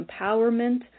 empowerment